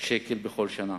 שקל בכל שנה.